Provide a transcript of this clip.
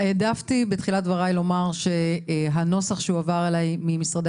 העדפתי בתחילת דבריי לומר שהנוסח שהועבר אליי ממשרדי